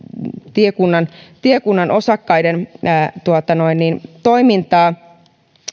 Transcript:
tiekunnan tiekunnan osakkaiden toimintaa